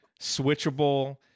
switchable